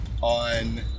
on